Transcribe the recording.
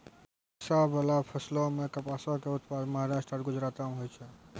रेशाबाला फसलो मे कपासो के उत्पादन महाराष्ट्र आरु गुजरातो मे होय छै